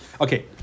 Okay